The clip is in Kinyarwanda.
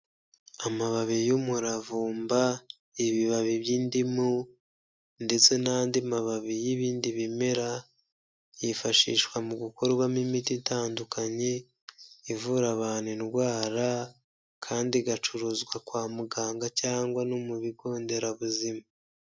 Amababi y'umuravumba, ibibabi by'indimu ndetse n'andi mababi y'ibindi bimera, yifashishwa mu gukorwamo imiti itandukanye ivura abantu indwara kandi igacuruzwa kwa muganga cyangwa no mu bigo nderabuzima.